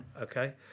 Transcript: Okay